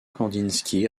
kandinsky